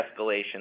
escalation